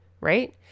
right